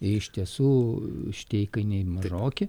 iš tiesų šitie įkainiai mažoki